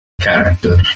character